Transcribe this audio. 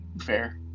fair